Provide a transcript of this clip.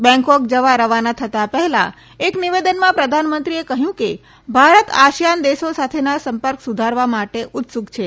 Bangkok જવા રવાના થતા પહેલા એક નિવેદનમાં પ્રધાનમંત્રીએ કહ્યું કે ભારત આસિયાન દેશો સાથેના સંપર્ક સુધારવા માટે ઉત્સુક છે